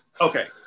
Okay